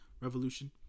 revolution